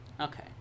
Okay